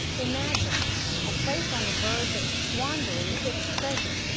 imagine a place on the verge of squandering its treasure.